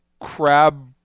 Crab